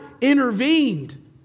intervened